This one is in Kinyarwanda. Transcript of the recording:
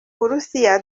burusiya